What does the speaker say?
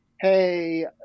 hey